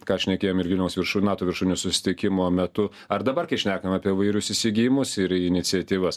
ką šnekėjom ir vilniaus viršūn nato viršūnių susitikimo metu ar dabar kai šnekam apie įvairius įsigijimus ir iniciatyvas